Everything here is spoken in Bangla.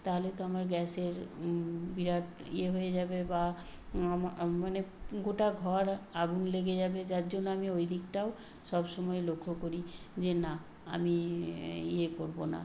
তাহলে তো আমার গ্যাসের বিরাট ইয়ে হয়ে যাবে বা মানে গোটা ঘর আগুন লেগে যাবে যার জন্য আমি ওই দিকটাও সবসময় লক্ষ্য করি যে না আমি ইয়ে করবো না